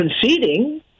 conceding